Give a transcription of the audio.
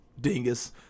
dingus